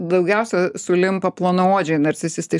daugiausia sulimpa plonaodžiai narcisistai